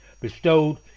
bestowed